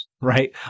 right